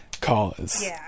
cause